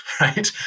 Right